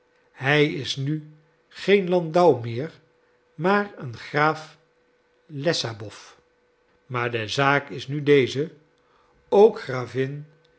hij is nu geen landau meer maar een graaf lessabow maar de zaak is nu deze ook gravin